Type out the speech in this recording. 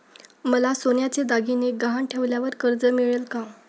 मला सोन्याचे दागिने गहाण ठेवल्यावर कर्ज मिळेल का?